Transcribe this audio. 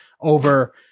over